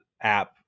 app